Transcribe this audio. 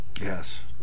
yes